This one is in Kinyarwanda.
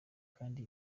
kandi